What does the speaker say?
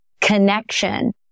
connection